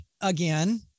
again